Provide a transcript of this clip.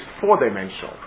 four-dimensional